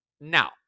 Now